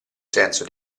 senso